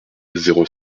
zéro